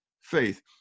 faith